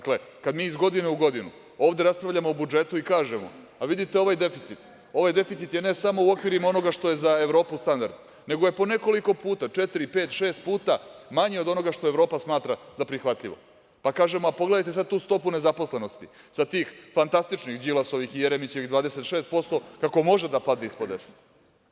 Kad mi iz godine u godinu ovde raspravljamo o budžetu i kada kažemo - vidite ovaj deficit, ovaj deficit je ne samo u okvirima onoga što je za Evropu standard, nego je po nekoliko puta, četiri, pet, šest puta manji od onoga što Evropa smatra za prihvatljivo, pa kažemo, a pogledajte sad tu stopu nezaposlenosti, sa tih fantastičnih Đilasovih i Jeremićevih 26%, kako može da padne ispod 10.